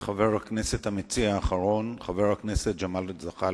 המציע האחרון, חבר הכנסת ג'מאל זחאלקה,